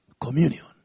communion